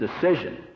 decision